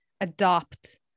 adopt